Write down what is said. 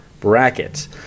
bracket